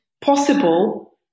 possible